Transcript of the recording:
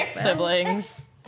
Siblings